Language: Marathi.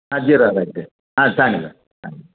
हां जिरा रायस द्या हां चांगलं चांगलं